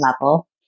level